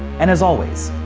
and as always,